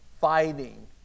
fighting